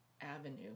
avenue